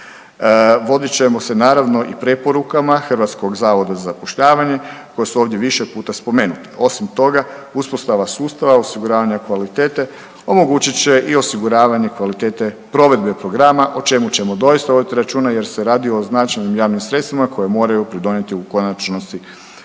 Vodit ćemo se naravno i preporukama HZZ-a koji su ovdje više puta spomenuti. Osim toga, uspostava sustava osiguravanja kvalitete omogućit će i osiguravanje kvalitete provedbe programa o čemu ćemo doista vodit računa jer se radi o značajnim javnim sredstvima koje moraju pridonijeti u konačnosti